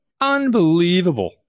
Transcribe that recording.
unbelievable